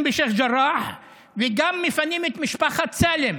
בשייח' ג'ראח וגם מפנים את משפחת סאלם.